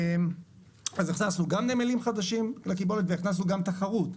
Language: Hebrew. אז הכנסנו גם נמלים חדשים לקיבולת והכנסנו גם תחרות.